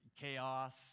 chaos